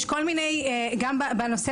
וכד'.